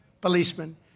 policemen